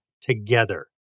together